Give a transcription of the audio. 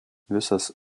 visas